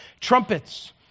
trumpets